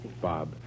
Bob